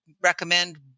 recommend